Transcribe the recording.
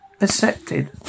accepted